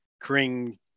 Korean